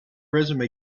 resume